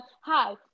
Hi